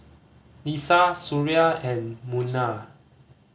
Lisa Suria and Munah